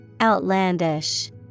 Outlandish